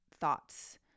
thoughts